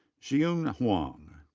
ziyun huang.